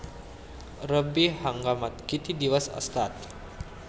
रब्बी हंगामात किती दिवस असतात?